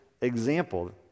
example